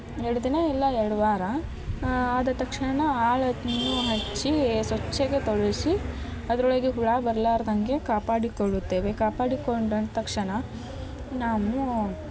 ಎರಡು ದಿನ ಇಲ್ಲ ಎರಡು ವಾರ ಆದ ತಕ್ಷಣ ಆಳನ್ನು ಹಚ್ಚಿ ಸ್ವಚ್ಛಗೆ ತೊಳೆಸಿ ಅದರೊಳಗೆ ಹುಳ ಬರಲಾರ್ದಂಗೆ ಕಾಪಾಡಿಕೊಳ್ಳುತ್ತೇವೆ ಕಾಪಾಡಿಕೊಂಡ ತಕ್ಷಣ ನಾವು